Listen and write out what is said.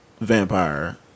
vampire